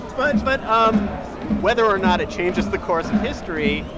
but but um whether or not it changes the course of history,